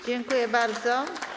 Dziękuję bardzo.